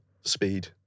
speed